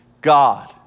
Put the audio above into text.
God